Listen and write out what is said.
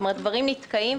דברים נתקעים,